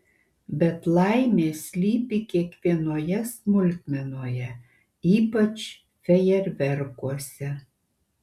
bet laimė slypi kiekvienoje smulkmenoje ypač fejerverkuose